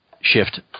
shift